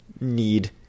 need